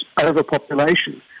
overpopulation